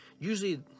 Usually